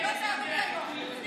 בבקשה, אדוני.